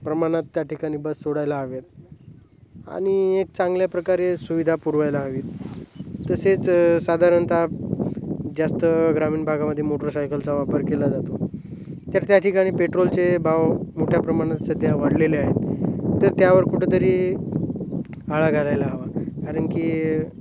प्रमाणात त्या ठिकाणी बस सोडायला हवेत आणि एक चांगल्या प्रकारे सुविधा पुरवायला हवीत तसेच साधारणतः जास्त ग्रामीण भागामध्ये मोटरसायकलचा वापर केला जातो तर त्या ठिकाणी पेट्रोलचे भाव मोठ्या प्रमाणात सध्या वाढलेले आहेत तर त्यावर कुठंतरी आळा घालायला हवा कारण की